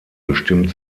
bestimmt